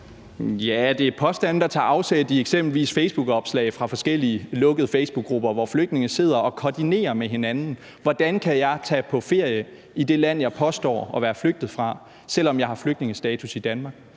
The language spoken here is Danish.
Ja, det er påstande, der tager afsæt i eksempelvis facebookopslag fra forskellige lukkede facebookgrupper, hvor flygtninge sidder og koordinerer med hinanden og siger: Hvordan kan jeg tage på ferie i det land, jeg påstår at være flygtet fra, selv om jeg har flygtningestatus i Danmark?